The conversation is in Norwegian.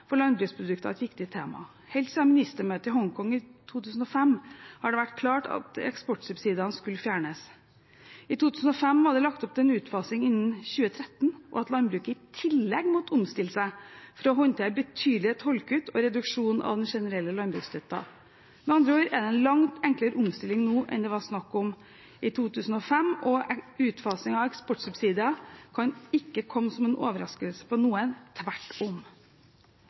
for landbruksprodukter et viktig tema. Helt siden ministermøtet i Hongkong i 2005 har det vært klart at eksportsubsidiene skulle fjernes. I 2005 var det lagt opp til en utfasing innen 2013, og at landbruket i tillegg måtte omstille seg for å håndtere betydelige tollkutt og reduksjon av den generelle landbruksstøtten. Med andre ord er det en langt enklere omstilling nå enn det var snakk om i 2005, og utfasing av eksportsubsidier kan ikke komme som noen overraskelse på noen, tvert om.